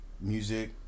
music